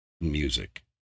music